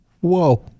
Whoa